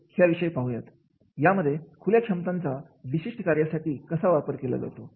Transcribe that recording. यामध्ये खुल्या क्षमतांचा विशिष्ट कार्यासाठी कसा वापर केला जातो